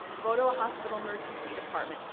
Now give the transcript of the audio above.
go to a hospital emergency department,